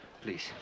Please